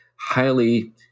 highly